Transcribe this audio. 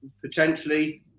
potentially